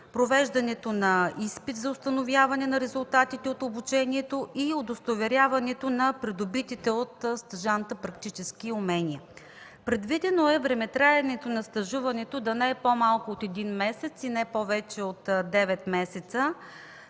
Провеждането на изпит е за установяване на резултатите от обучението и удостоверяването на придобитите от стажанта практически умения. Предвидено е времетраенето на стажуването да не е по-малко от един месец и не повече от девет месеца,